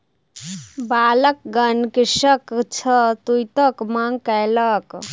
बालकगण कृषक सॅ तूईतक मांग कयलक